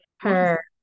her-